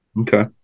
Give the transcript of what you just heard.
Okay